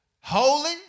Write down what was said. holy